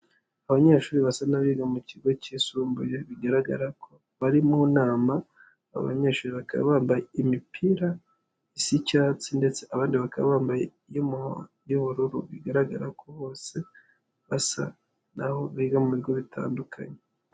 Abanyeshuri basa n'abiga mu kigo cyisumbuye, bigaragara ko bari mu nama, abanyeshuri bakaba bambaye imipira isa icyatsi ndetse abandi bakaba bambaye iy'ubururu, bigaragara ko bose basa naho biga mu bigo bitandukanye.